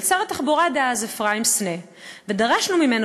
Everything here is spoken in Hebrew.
אל שר התחבורה דאז אפרים סנה ודרשנו ממנו